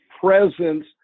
presence